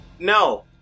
No